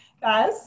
guys